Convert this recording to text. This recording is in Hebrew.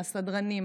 הסדרנים,